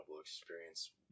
experience